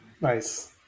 Nice